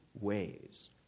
ways